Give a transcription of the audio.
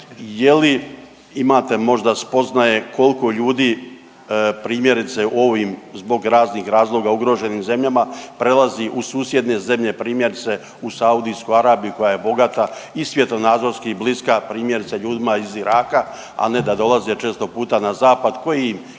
je li imate možda spoznaje koliko ljudi primjerice u ovim zbog raznih razloga ugroženim zemljama prelazi u susjedne zemlje primjerice u Saudijsku Arabiju koja je bogata i svjetonazorski bliska primjerice ljudima iz Iraka, a ne da dolaze često puta na zapad koji im nije